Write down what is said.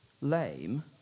lame